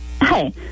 Hi